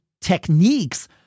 techniques